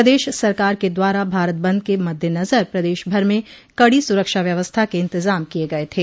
प्रदेश सरकार के द्वारा भारत बंद के मद्देनजर प्रदेश भर में कड़ी सुरक्षा व्यवस्था के इंतजाम किये गये थे